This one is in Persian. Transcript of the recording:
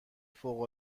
فوق